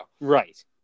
Right